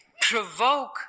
provoke